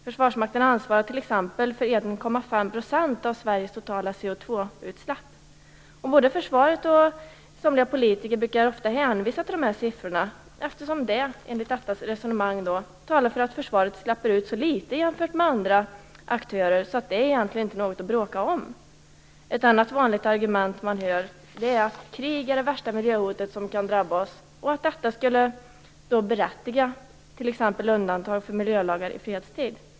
Försvarsmakten ansvarar t.ex. för 1,5 % av Sveriges totala CO2-utsläpp. Både försvaret och somliga politiker hänvisar ofta till dessa siffror, därför att de - enligt detta resonemang - talar för att försvaret släpper ut så litet jämfört med andra aktörer att det egentligen inte är någonting att bråka om. Ett annat vanligt argument som man hör är att krig är det värsta miljöhotet som kan drabba oss och att detta då skulle berättiga undantag för miljölagar i fredstid.